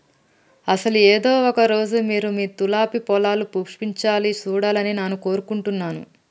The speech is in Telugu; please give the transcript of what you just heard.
అసలు ఏదో ఒక రోజు మీరు మీ తూలిప్ పొలాలు పుష్పించాలా సూడాలని నాను కోరుకుంటున్నాను